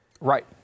Right